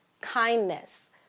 kindness